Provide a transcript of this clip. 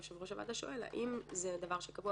יושב-ראש הוועדה שואל האם זה דבר שקבוע